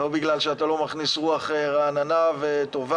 לא בגלל שאתה לא מכניס רוח רעננה וטובה,